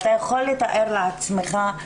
אתה יכול לתאר לעצמך,